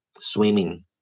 Swimming